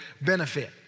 benefit